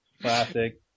Classic